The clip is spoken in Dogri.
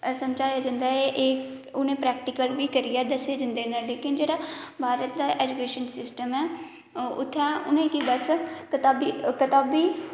उ'नें प्रैक्टिकल बी करियै दस्से जंदे न लेकिन जेह्ड़ा भारत दा एजुकेशन सिस्टम ऐ उत्थै उ'नें कि बस कताबी